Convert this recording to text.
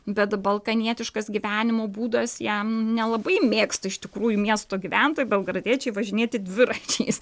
bet balkanietiškas gyvenimo būdas jam nelabai mėgsta iš tikrųjų miesto gyventojai belgradiečiai važinėti dviračiais